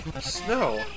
Snow